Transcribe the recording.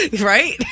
Right